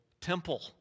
temple